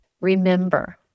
Remember